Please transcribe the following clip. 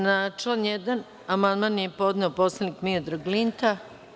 Na član 1. amandman je podneo poslanik Miodrag Linta.